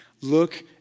look